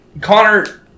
Connor